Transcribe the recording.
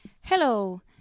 Hello